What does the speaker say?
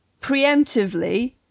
preemptively